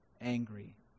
angry